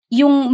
yung